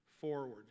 forward